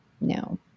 No